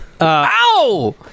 Ow